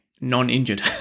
non-injured